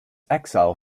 exile